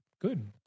good